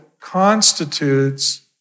constitutes